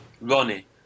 Ronnie